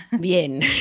bien